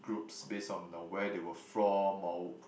groups based on the where they were from or